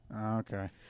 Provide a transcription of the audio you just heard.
Okay